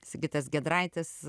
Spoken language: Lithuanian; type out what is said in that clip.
sigitas giedraitis